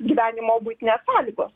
gyvenimo buitinės sąlygos